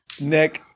Nick